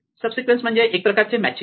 सब sequence म्हणजे एक प्रकारचे मॅचिंग